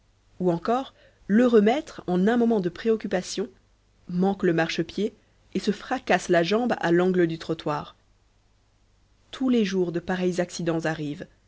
ou encore l'heureux maître en un moment de préoccupation manque le marche-pied et se fracasse la jambe à l'angle du trottoir tous les jours de pareils accidents arrivent